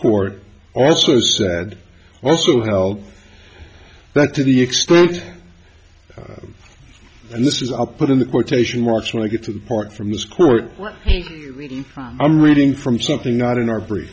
court also said also held back to the extent and this is i'll put in the quotation marks when i get to the part from this court i'm reading from something not in our